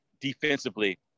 defensively